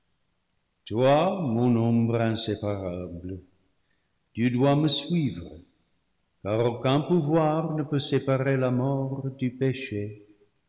mon ombre inséparable tu dois me suivre car aucun pou voir ne peut séparer la mort du péché